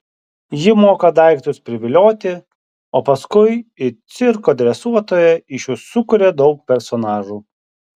ji moka daiktus privilioti o paskui it cirko dresuotoja iš jų sukuria daug personažų